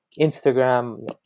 Instagram